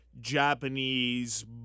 Japanese